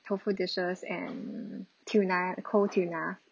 tofu dishes and tuna cold tuna